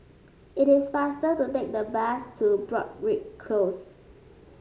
it is faster to take the bus to Broadrick Close